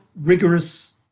rigorous